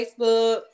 facebook